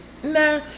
nah